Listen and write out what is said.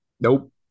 nope